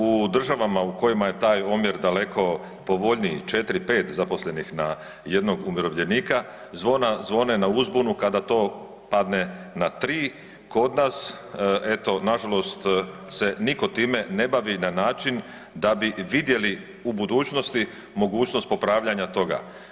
U državama u kojima je taj omjer daleko povoljniji 4, 5 zaposlenih na 1 umirovljenika zvona zvone na uzbunu kada to padne na 3, kod nas eto nažalost se nitko time ne bavi na način da bi vidjeli u budućnosti mogućnost popravljanja toga.